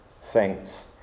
saints